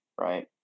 right